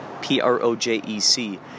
P-R-O-J-E-C